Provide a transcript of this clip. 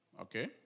Okay